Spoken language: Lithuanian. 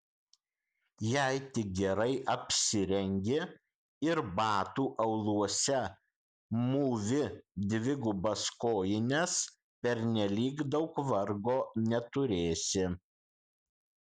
jei tik gerai apsirengi ir batų auluose mūvi dvigubas kojines pernelyg daug vargo neturėsi